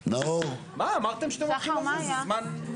מאוחר,